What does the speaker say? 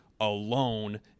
alone